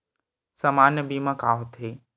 सामान्य बीमा का होथे?